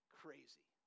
crazy